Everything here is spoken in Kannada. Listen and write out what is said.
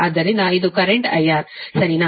ಆದ್ದರಿಂದ ಇದು ಕರೆಂಟ್ IR ಸರಿನಾ